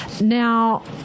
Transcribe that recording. Now